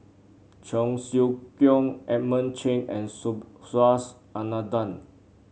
Cheong Siew Keong Edmund Cheng and Subhas Anandan